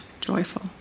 joyful